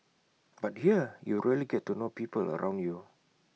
but here you really get to know people around you